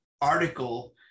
article